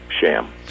sham